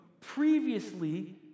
previously